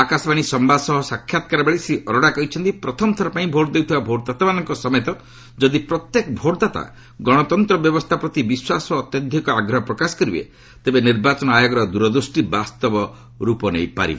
ଆକାଶବାଣୀ ସମ୍ଭାଦ ସହ ସାକ୍ଷାତ୍କାରବେଳେ ଶ୍ରୀ ଅରୋଡ଼ା କହିଛନ୍ତି ପ୍ରଥମ ଥରପାଇଁ ଭୋଟ୍ ଦେଉଥିବା ଭୋଟ୍ଦାତାମାନଙ୍କ ସମେତ ଯଦି ପ୍ରତ୍ୟେକ ଭୋଟ୍ଦାତା ଗଣତନ୍ତ୍ର ବ୍ୟବସ୍ଥା ପ୍ରତି ବିଶ୍ୱାସ ଓ ଅତ୍ୟଧିକ ଆଗ୍ରହ ପ୍ରକାଶ କରିବେ ତେବେ ନିର୍ବାଚନ ଆୟୋଗର ଦୂରଦୃଷ୍ଟି ବାସ୍ତବ ରୂପ ନେଇପାରିବ